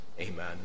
Amen